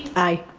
i.